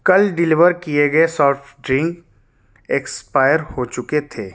کل ڈلیور کیے گئے سافٹ ڈرنک ایکسپائر ہو چکے تھے